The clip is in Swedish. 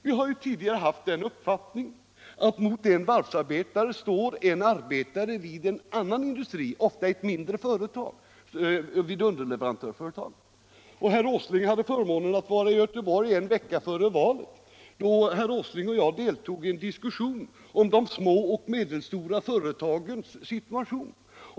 Vi har tidigare haft den uppfattningen att mot en varvsarbetare svarar en arbetare vid en annan industri — en underleverantör, ofta ett mindre företag. Herr Åsling hade förmånen att få vara i Göteborg en vecka före valet, då herr Åsling och jag deltog i en diskussion om de små och medelstora företagens situation.